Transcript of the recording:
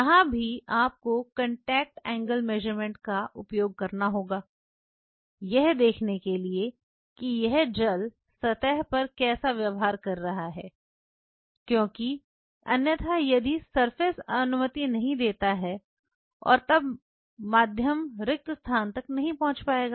यहाँ भी आपको कॉन्टैक्ट एंगल मेजरमेंट का उपयोग करना होगा यह देखने के लिए कि यह जेल सतह पर कैसा व्यवहार कर रहा है क्योंकि अन्यथा यदि सतह अनुमति नहीं देती है और तब माध्यम रिक्त स्थान तक नहीं पहुंच पाएगा